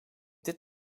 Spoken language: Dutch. dit